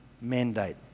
mandate